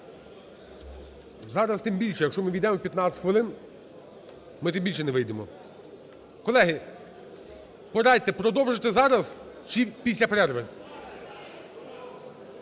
Зараз тим більше, якщо ми увійдемо в 15 хвилин, ми тим більше не вийдемо. Колеги, порадьте, продовжити зараз чи після перерви?